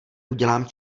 udělám